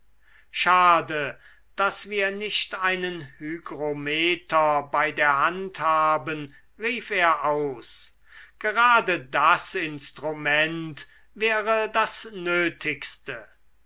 schade daß wir nicht einen hygrometer bei der hand haben rief er aus gerade das instrument wäre das nötigste